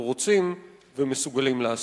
אם אנחנו רוצים ומסוגלים לעשות.